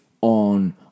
on